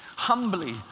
humbly